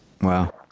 Wow